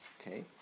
Okay